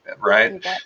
Right